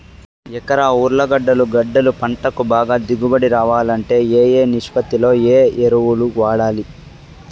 ఎకరా ఉర్లగడ్డలు గడ్డలు పంటకు బాగా దిగుబడి రావాలంటే ఏ ఏ నిష్పత్తిలో ఏ ఎరువులు వాడాలి?